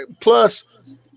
plus